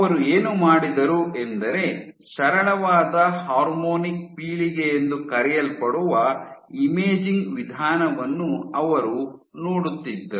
ಅವರು ಏನು ಮಾಡಿದರು ಎಂದರೆ ಸರಳವಾದ ಹಾರ್ಮೋನಿಕ್ ಪೀಳಿಗೆಯೆಂದು ಕರೆಯಲ್ಪಡುವ ಇಮೇಜಿಂಗ್ ವಿಧಾನವನ್ನು ಅವರು ನೋಡುತ್ತಿದ್ದರು